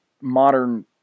modern